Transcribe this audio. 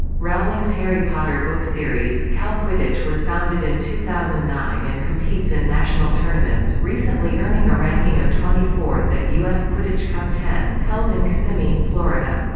rowling's harry potter book series, cal quidditch was founded in two thousand and nine and competes in national tournaments, recently earning a ranking of twenty fourth at us quidditch cup ten, held in kissimmee, florida.